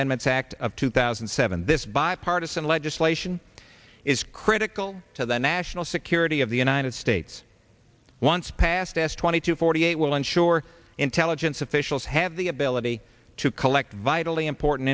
amendments act of two thousand and seven this bipartisan legislation is critical to the national security of the united states once passed as twenty two forty eight will ensure intelligence officials have the ability to collect vitally important